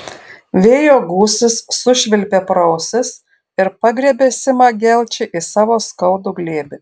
vėjo gūsis sušvilpė pro ausis ir pagriebė simą gelčį į savo skaudų glėbį